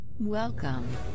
Welcome